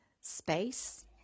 space